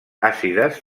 àcides